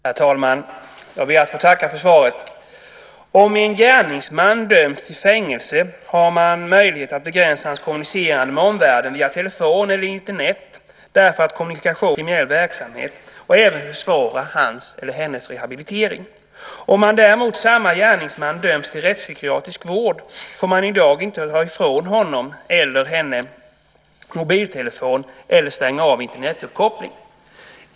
Herr talman! Jag ber att få tacka för svaret. Om en gärningsman döms till fängelse har man möjlighet att begränsa hans kommunicerande med omvärlden via telefon eller Internet därför att kommunikationen kan vara en del i en fortsatt kriminell verksamhet och även försvåra hans eller hennes rehabilitering. Om däremot samma gärningsman döms till rättspsykiatrisk vård får man i dag inte ta ifrån honom eller henne mobiltelefonen eller stänga av Internetuppkopplingen.